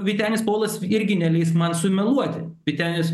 vytenis polas irgi neleis man sumeluoti vytenis